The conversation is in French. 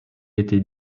était